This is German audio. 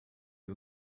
sie